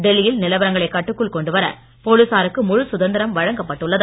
டெல்லியில் நிலவரங்களை கட்டுக்குள் கொண்டுவர போலீசாருக்கு முழு சுதந்திரம் வழங்கப்பட்டுள்ளது